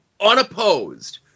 Unopposed